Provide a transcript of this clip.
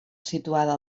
situada